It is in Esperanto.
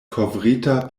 kovrita